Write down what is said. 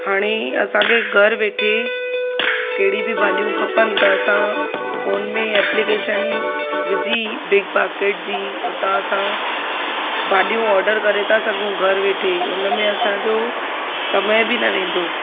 हाणे असांखे घरु वेठे कहिड़ी बि भाॼियूं खपनि त असां फ़ोन में एप्लीकेशन विझी बिग बास्केट जी उतां असां भाॼियूं ऑडर करे था सघूं घरु वेठे उनमें असांजो समय बि न वेंदो